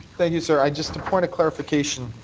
thank you, sir. just a point of clarification,